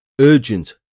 Urgent